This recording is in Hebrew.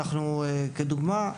כדוגמה,